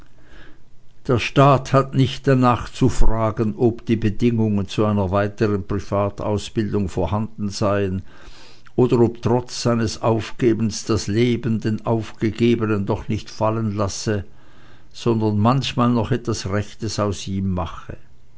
der staat hat nicht darnach zu fragen ob die bedingungen zu einer weiteren privatausbildung vorhanden seien oder ob trotz seines aufgebens das leben den aufgegebenen doch nicht fallenlasse sondern manchmal noch etwas rechtes aus ihm mache